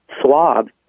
swab